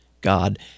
god